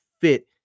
fit